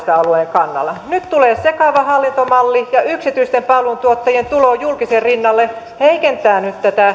kannalla nyt tulee sekava hallintomalli ja ja yksityisten palveluntuottajien tulo julkisen rinnalle heikentää nyt tätä